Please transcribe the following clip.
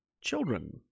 Children